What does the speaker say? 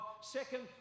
Second